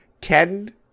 ten